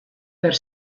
per